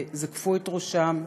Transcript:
וזקפו את ראשם,